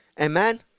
Amen